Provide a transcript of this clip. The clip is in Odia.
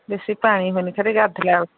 ବେଶୀ ପାଣି ହୁଏନି ଗାଧେଇଲା ବେଳେକୁ